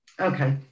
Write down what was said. Okay